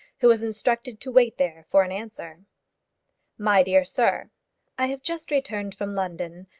who was instructed to wait there for an answer my dear sir i have just returned from london,